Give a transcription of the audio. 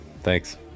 Thanks